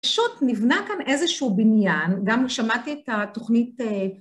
פשוט נבנה כאן איזשהו בניין, גם שמעתי את התוכנית